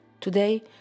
Today